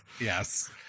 Yes